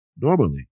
normally